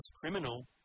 criminal